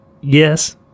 Yes